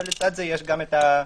ולצד זה יש גם הביקורת.